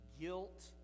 guilt